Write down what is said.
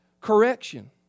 correction